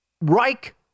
Reich